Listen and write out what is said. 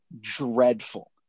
dreadful